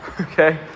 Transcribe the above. okay